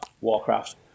Warcraft